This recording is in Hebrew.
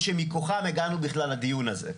שמכוחם הגענו בכלל לדיון הזה.